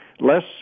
less